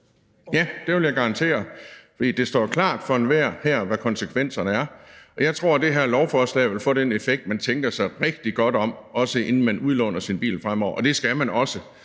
Ja, det vil jeg garantere, for det står klart for enhver her, hvad konsekvenserne er. Jeg tror, at det her lovforslag vil få den effekt, at man tænker sig rigtig godt om, også inden man udlåner sin bil fremover – og det skal man også.